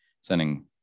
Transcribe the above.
sending